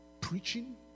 preaching